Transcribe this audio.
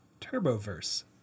Turboverse